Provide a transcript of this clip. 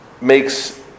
makes